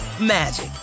magic